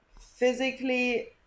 physically